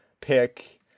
pick